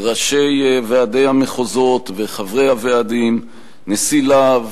ראשי ועדי המחוזות וחברי הוועדים, נשיא "להב",